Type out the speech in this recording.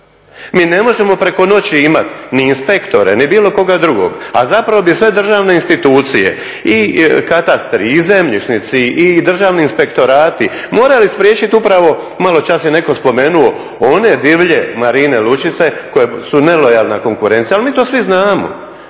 Mi ne možemo preko noći imati ni inspektore ni bilo koga drugog, a zapravo bi sve državne institucije i katastri i zemljišnici i državni inspektorati morali spriječiti upravo, maločas je netko spomenuo one divlje marine, lučice koje su nelojalna konkurencija. Ali mi to svi znamo.